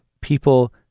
people